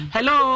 Hello